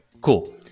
cool